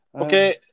Okay